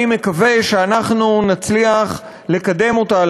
אני מקווה שאנחנו נצליח לקדם אותה,